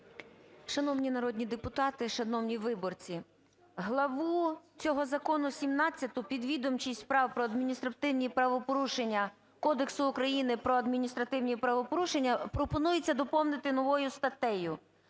Шановні народні депутати, шановні виборці, главу цього закону ХVІІ "Підвідомчість справ про адміністративні правопорушення" Кодексу України про адміністративні правопорушення пропонується доповнити новою статтею.